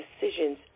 decisions